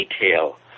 detail